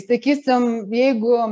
sakysim jeigu